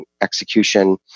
execution